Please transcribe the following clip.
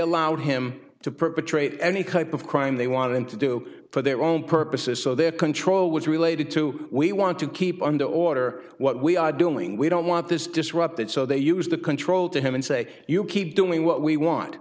allowed him to perpetrate any cup of crime they wanted him to do for their own purposes so their control was related to we want to keep under order what we are doing we don't want this disrupted so they use the control to him and say you keep doing what we want